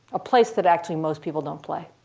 a place that actually most people don't play.